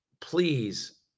please